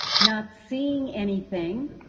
not seeing anything.